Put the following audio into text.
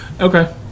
Okay